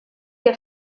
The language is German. der